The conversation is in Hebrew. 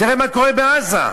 תראה מה קורה בעזה.